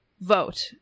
vote